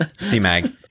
C-Mag